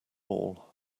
all